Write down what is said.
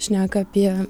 šneka apie